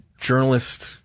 journalist